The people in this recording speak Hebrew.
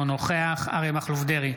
אינה נוכחת בנימין גנץ,